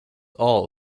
all